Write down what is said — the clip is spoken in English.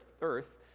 earth